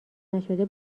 نشده